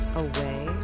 away